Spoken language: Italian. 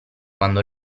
quando